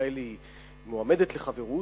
חבר הכנסת חיים אורון,